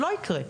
לא יקרה,